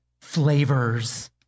flavors